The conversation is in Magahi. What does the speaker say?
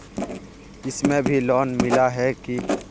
इसमें भी लोन मिला है की